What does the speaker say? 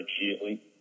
immediately